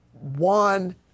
one